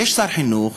יש שר חינוך,